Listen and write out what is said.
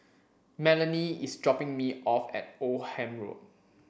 Melonie is dropping me off at Oldham Road